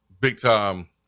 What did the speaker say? big-time